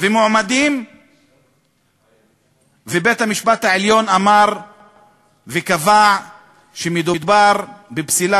ומועמדים ובית-המשפט העליון קבע שמדובר בפסילה